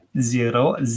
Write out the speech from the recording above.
Zero